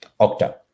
Okta